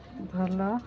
ଭଲ